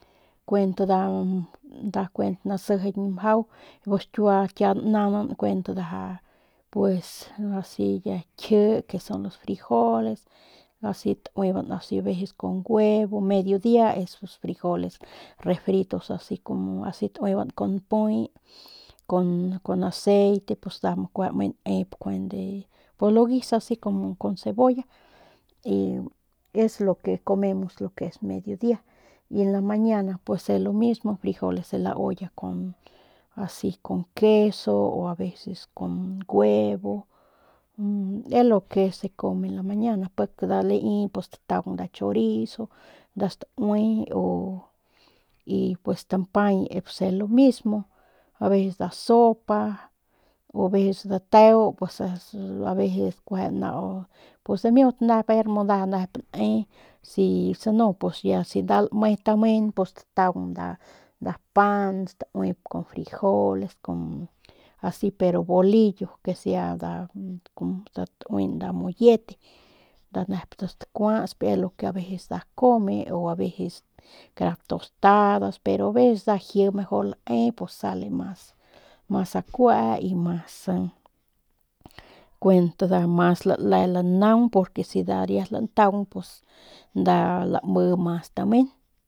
Kuent nda nda nda kuent asijiñ mjau pus kiua kiaunan naunan kuent ndaja pus asi ya kji que son los frijoles asi tauiban asi aveces con huevo medio dia esos frijoles refritos asi como asi tauiban kun npuy kun kun aceite pus nda mu u me ne'kuen pues lo guisa asi como cebolla y es lo que comemos lo que es medio dia y pues en la mañana pues es lo mismo frijoles de la olla con asi con queso a veces con huevo es lo que se come en la mañana pik nda la i pus stataung nda chorizo nda staui o y pus stampay pus es lo mismo, a veces nda sopa o a veces dateu pus asi o a veces kueje naau pus damiut nep a ver nep ne'si sanu pus si ya nda lame tamen pus stataung nda nda pan stauip con frijoles con asi pero bolillo que sea nda kun tauin nda mollete nda nep ya stakuastspes lo que a veces nda come o a veces kara tostadas pero a veces nda laiji mejor laui pus sale mas mas akue y masa masa kuent nda kuent masa la le lanaug porque si nda riat pus nda lame mas tamen.